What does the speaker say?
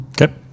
Okay